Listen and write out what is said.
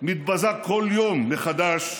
מתבזה כל יום מחדש,